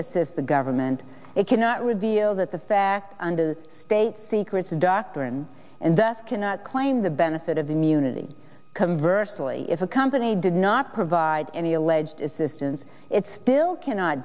assist the government it cannot reveal that the fact under the state secrets doctrine and thus cannot claim the benefit of immunity converse only if a company did not provide any alleged assistance it still cannot